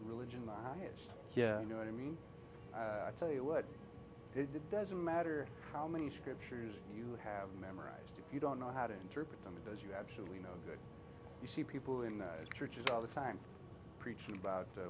religion the highest yeah you know i mean i tell you what it doesn't matter how many scriptures you have memorized if you don't know how to interpret them because you absolutely know that you see people in churches all the time preaching about